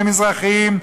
למזרחים,